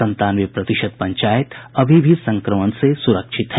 संतानवे प्रतिशत पंचायत अभी संक्रमण से सुरक्षित हैं